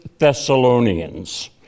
Thessalonians